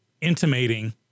intimating